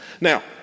Now